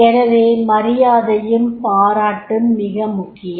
எனவே மரியாதையும் பாராட்டும் மிக முக்கியம்